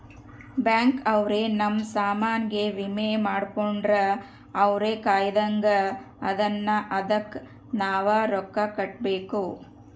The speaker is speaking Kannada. ಬ್ಯಾಂಕ್ ಅವ್ರ ನಮ್ ಸಾಮನ್ ಗೆ ವಿಮೆ ಮಾಡ್ಕೊಂಡ್ರ ಅವ್ರ ಕಾಯ್ತ್ದಂಗ ಅದುನ್ನ ಅದುಕ್ ನವ ರೊಕ್ಕ ಕಟ್ಬೇಕು